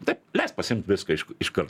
taip leisk pasiimt viską iš iškart